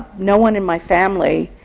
no one in my family,